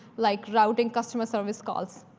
like routing customer service calls.